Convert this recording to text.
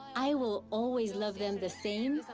i will always love them the same,